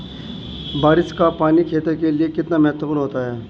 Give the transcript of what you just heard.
बारिश का पानी खेतों के लिये कितना महत्वपूर्ण होता है?